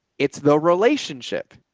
it's the relationship.